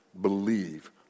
believe